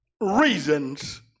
reasons